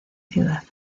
ciudad